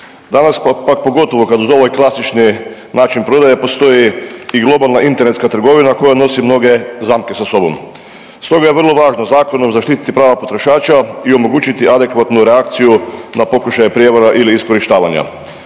Danas pak pogotovo kad uz ovaj klasični način prodaje postoji i globalna internetska trgovina koja nosi mnoge zamke sa sobom. Stoga je vrlo važno zakonom zaštititi prava potrošača i omogućiti adekvatnu reakciju na pokušaje prijevara ili iskorištavanja.